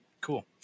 Cool